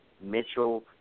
Mitchell